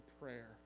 prayer